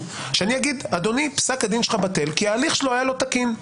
שאני אגיד: אדוני פסק הדין שלך בטל כי ההליך שלו היה לא תקין?